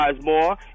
more